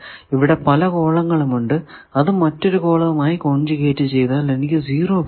ഇവിടെ പല കോളങ്ങളും ഉണ്ട് അത് മറ്റൊരു കോളവുമായി കോൺജ്യൂഗെറ്റ് ചെയ്താൽ എനിക്ക് 0 കിട്ടും